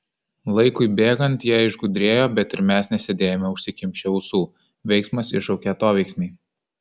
laikui bėgant jie išgudrėjo bet ir mes nesėdėjome užsikimšę ausų veiksmas iššaukia atoveiksmį